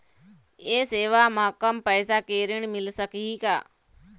ये सेवा म कम पैसा के ऋण मिल सकही का?